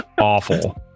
awful